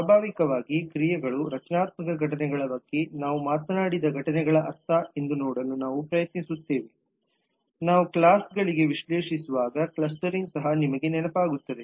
ಸ್ವಾಭಾವಿಕವಾಗಿ ಕ್ರಿಯೆಗಳು ರಚನಾತ್ಮಕ ಘಟನೆಗಳ ಬಗ್ಗೆ ನಾವು ಮಾತನಾಡಿದ ಘಟನೆಗಳ ಅರ್ಥ ಎಂದು ನೋಡಲು ನಾವು ಪ್ರಯತ್ನಿಸುತ್ತೇವೆ ನಾವು ಕ್ಲಾಸ್ಗಳಿಗೆ ವಿಶ್ಲೇಷಿಸುವಾಗ ಕ್ಲಸ್ಟರಿಂಗ್ ಸಹ ನಿಮಗೆ ನೆನಪಾಗುತ್ತದೆ